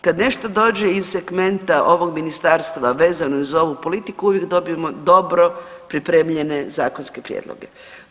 Kad nešto dođe iz segmenta ovog ministarstva vezano uz ovu politiku uvijek dobijemo dobro pripremljene zakonske prijedloge.